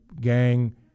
gang